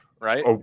Right